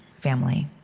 family